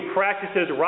practices